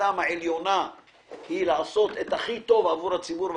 שמשימתם העליונה היא לעשות את הכי טוב עבור הציבור,